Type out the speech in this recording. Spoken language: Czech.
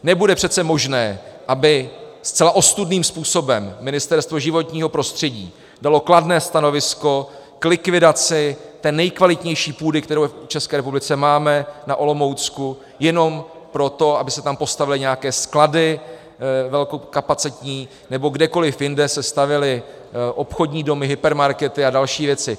Nebude přece možné, aby zcela ostudným způsobem Ministerstvo životního prostředí dalo kladné stanovisko k likvidaci té nejkvalitnější půdy, kterou v České republice máme, na Olomoucku, jenom pro to, aby se tam postavily nějaké sklady velkokapacitní, nebo kdekoliv jinde se stavěly obchodní domy, hypermarkety a další věci.